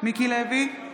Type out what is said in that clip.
מיקי לוי,